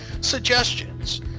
suggestions